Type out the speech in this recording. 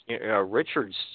Richard's